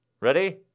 Ready